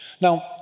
Now